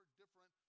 different